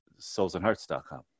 soulsandhearts.com